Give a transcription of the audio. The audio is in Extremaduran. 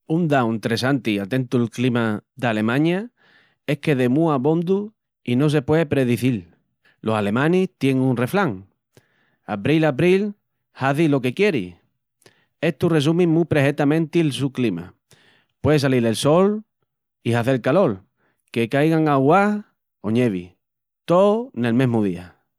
Un dau entressanti a tentu'l clima d'Alemaña es que demúa abondu i no se pué predizil. Los alemanis tien un reflan: Abril, abril, hazi lo que quieri. Estu resumi mu prehetamenti'l su clima, pué salil el sol i hazel calol, que caigan auguás o ñevi, tó nel mesmu día.